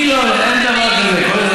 תשאלי אותי דבר דבור, תקבלי תשובות לכל דבר.